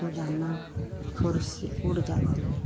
दाना फुर से उड़ जाती हैं